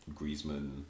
Griezmann